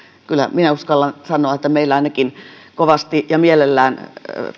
kyllä minä uskallan sanoa että meillä ainakin kovasti ja mielellään